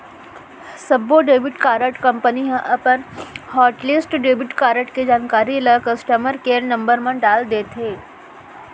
सब्बो debit card company ह अपन हॉटलिस्ट डेबिट कारड के जानकारी ल कस्टमर केयर नंबर म डाल देथे